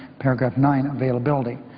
paragraph nine, availability.